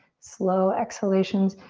slow exhalations.